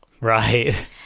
Right